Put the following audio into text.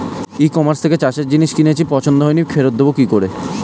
ই কমার্সের থেকে চাষের জিনিস কিনেছি পছন্দ হয়নি ফেরত দেব কী করে?